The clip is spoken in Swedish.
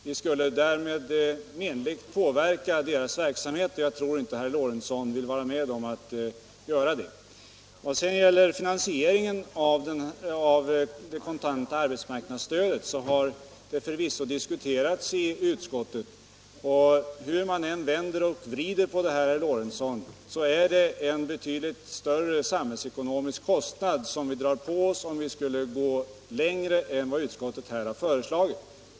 Vi skulle därigenom menligt påverka arbetslöshetsförsäkringens verksamhet, och det tror jag inte att herr Lorentzon i Kramfors vill vara med om att göra. Frågan om finansieringen av det kontanta arbetsmarknadsstödet har förvisso diskuterats i utskottet. Hur man än vrider och vänder på detta, drar vi på oss en betydligt större samhällsekonomisk kostnad om vi går längre än vad utskottet föreslagit.